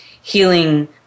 healing